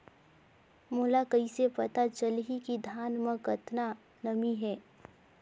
मोला कइसे पता चलही की धान मे कतका नमी हे?